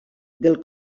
del